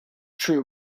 true